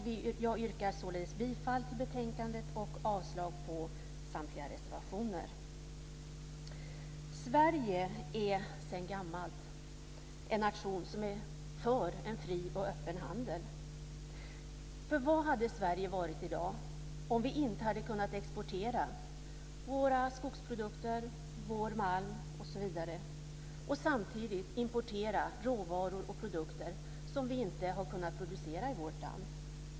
Jag yrkar således bifall till utskottets förslag i betänkandet och avslag på samtliga reservationer. Sverige är sedan gammalt en nation som är för en fri och öppen handel. Vad hade Sverige varit i dag om vi inte hade kunnat exportera våra skogsprodukter, vår malm osv. och samtidigt importera råvaror och produkter som vi inte har kunnat producera i vårt land?